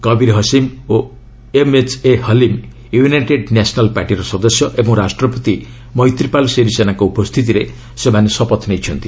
କବିର୍ ହସିମ୍ ଓ M H A Haleem united national ପାର୍ଟିର ସଦସ୍ୟ ଓ ରାଷ୍ଟ୍ରପତି ମୈତ୍ରୀପାଳ ଶିରିସେନାଙ୍କ ଉପସ୍ଥିତିରେ ସେମାନେ ଶପଥ ନେଇଛନ୍ତି